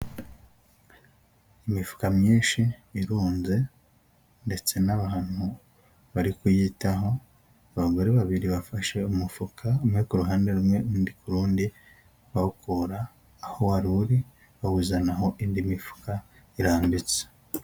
Imifuka myinshi irunze ndetse n'abantu bari kuyitaho abagore babiri bafashe umufuka umwe ku ruhande rumwe undi rundi bawukora aho wari bawuzanaho indi mifuka irambitse.